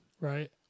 right